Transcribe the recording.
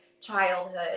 childhood